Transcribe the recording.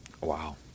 Wow